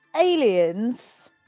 Aliens